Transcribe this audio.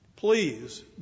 Please